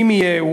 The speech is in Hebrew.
אם יהיה,